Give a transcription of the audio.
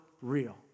real